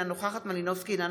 אינה נוכחת יוליה מלינובסקי קונין,